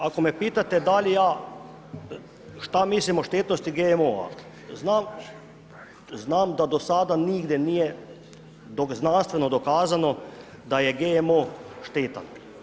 Kad, ako me pitate da li ja, što mislim o štetnosti GMO-a, znam da do sada nigdje nije znanstveno dokazano da je GMO štetan.